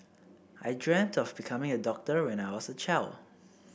I dreamt of becoming a doctor when I was a child